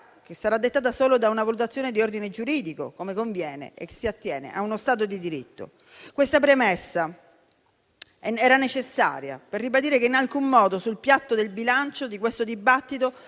sarà dettata solo da una valutazione di ordine giuridico, come conviene e si attiene a uno Stato di diritto. Questa premessa era necessaria per ribadire che in alcun modo sul piatto della bilancia di questo dibattito